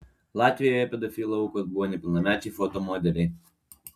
latvijoje pedofilų aukos buvo nepilnamečiai foto modeliai